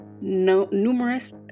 numerous